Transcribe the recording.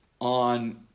on